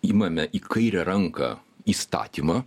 imame į kairę ranką įstatymą